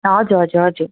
हजुर हजुर हजुर